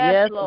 Yes